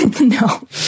No